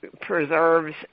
preserves